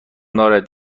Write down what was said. دارد